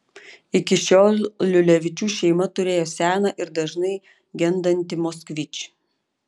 iki šiol liulevičių šeima turėjo seną ir dažnai gendantį moskvič